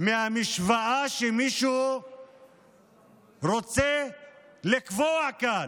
מהמשוואה שמישהו רוצה לקבוע כאן: